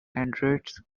androids